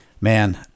Man